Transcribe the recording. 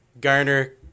Garner